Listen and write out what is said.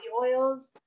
oils